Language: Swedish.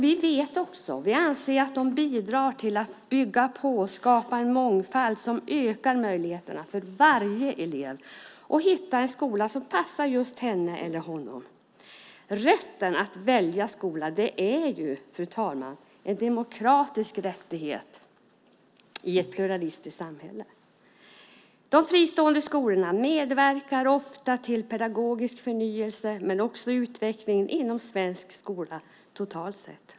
Vi anser också att de bidrar till att skapa och bygga på en mångfald som ökar möjligheterna för varje elev att hitta en skola som passar just henne eller honom. Rätten att välja skola är, fru talman, en demokratisk rättighet i ett pluralistiskt samhälle. De fristående skolorna medverkar ofta till pedagogisk förnyelse men också utveckling inom svensk skola totalt sett.